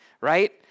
right